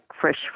fresh